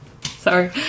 Sorry